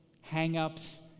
hang-ups